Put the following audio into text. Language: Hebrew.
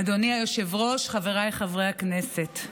אדוני היושב-ראש, חבריי חברי הכנסת,